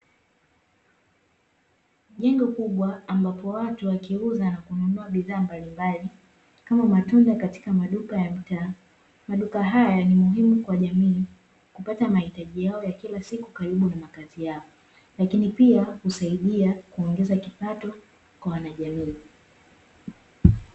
Jengo kubwa ambapo watu wakiuza na kununua bidhaa mbalimbali, kama matunda, katika maduka ya mtaa. Maduka haya ni muhimu kwa jamii kupata mahitaji yao ya kila siku karibu na makazi yao, lakini pia husaidia kuongeza kipato kwa wanajamii.